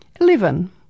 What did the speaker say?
Eleven